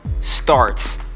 starts